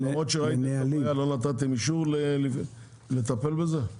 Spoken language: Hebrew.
למרות שראיתם את הפנייה, לא נתתם אישור לטפל בזה?